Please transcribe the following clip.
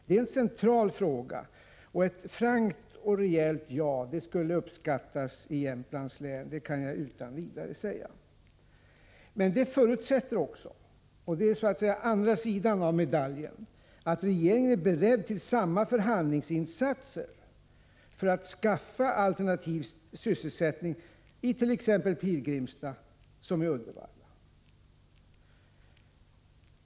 Det är en central fråga, och ett frankt och rejält ja skulle uppskattas i Jämtlands län, det kan jag utan vidare säga. Men det förutsätter också — och det är så att säga andra sidan av medaljen — att regeringen är beredd till samma förhandlingsinsatser för att skaffa Prot. 1985/86:104 alternativ sysselsättning i t.ex. Pilgrimstad som i Uddevalla.